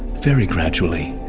very gradually.